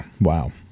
Wow